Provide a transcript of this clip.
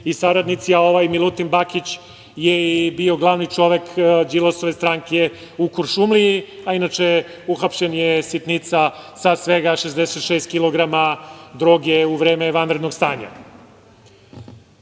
i saradnici. Ovaj Milutin Bakić je bio glavni čovek Đilasove stranke u Kuršumliji, a inače uhapšen je, sitnica, sa svega 66 kg droge u vreme vanrednog stanja. Naravno